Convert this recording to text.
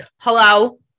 hello